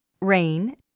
rain